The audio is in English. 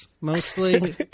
mostly